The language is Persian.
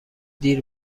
دیر